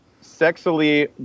sexually